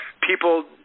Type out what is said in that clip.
people